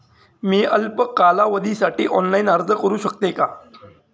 मी अल्प कालावधीसाठी ऑनलाइन अर्ज करू शकते का?